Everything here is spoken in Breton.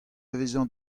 vezañ